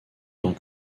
tant